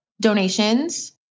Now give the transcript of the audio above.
donations